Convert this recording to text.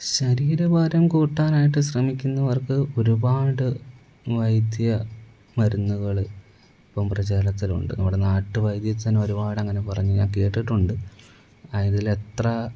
ശരീരഭാരം കൂട്ടാനായിട്ട് ശ്രമിക്കുന്നവർക്ക് ഒരുപാട് വൈദ്യ മരുന്നുകള് ഇപ്പം പ്രചാരത്തിലുണ്ട് നമ്മുടെ നാട്ടുവൈദ്യച്ചൻ ഒരുപാടങ്ങനെ പറഞ്ഞ് ഞാൻ കേട്ടിട്ടുണ്ട് അതിലെത്ര